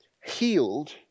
healed